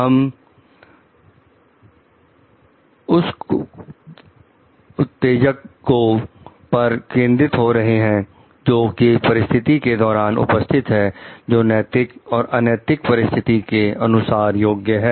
हम उत्तेजको पर केंद्रित हो रहे हैं जो कि परिस्थिति के दौरान उपस्थित हैं जो नैतिक और अनैतिक परिस्थिति के अनुसार योग्य है